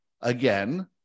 Again